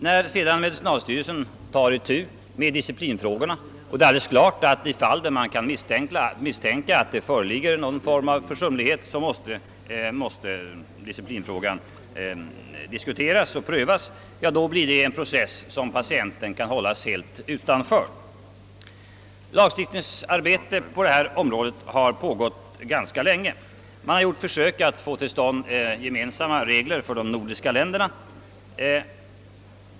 När sedan medicinalstyrelsen tar itu med disciplinfrågorna — och det är alldeles klart att i fall där man kan misstänka att det föreligger någon form av försumlighet måste disciplinfrågan diskuteras och prövas — blir det en process som patienten kan hållas helt utanför. Lagstiftningsarbete pågår sedan ganska länge på detta område. Försök görs att få till stånd enhetliga regler för de nordiska länderna.